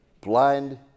blind